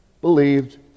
believed